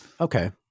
Okay